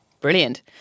Brilliant